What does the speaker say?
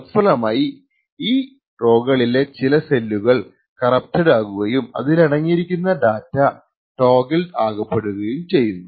തത്ഫലമായി ഈ റൊകളിലെ ചില സെല്ലുകൾ കറപ്റ്റഡ് ആകുകയും അതിലടങ്ങിയിരിക്കുന്ന ഡാറ്റ ടോഗ്ലിൾഡ് അകപ്പെടുകയും ചെയ്യുന്നു